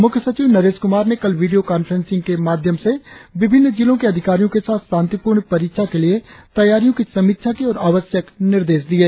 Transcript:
मुख्य सचिव नरेश कुमार ने कल वीडियो कांफ्रेंसिंग के माध्यम से संबंधित जिलों के अधिकारियो के साथ शांतिपूर्ण परीक्षा के लिए तैयारियों की समीक्षा की ओर आवश्यक निर्देश दिये